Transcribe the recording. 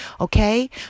okay